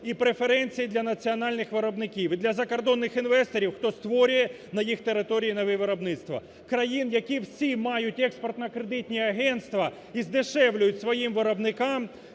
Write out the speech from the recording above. і преференції для національних виробників і для закордонних інвесторів, хто створює на їх території нові виробництва. Країн, які всі мають експортно-кредитні агентства і здешевлюють своїм виробникам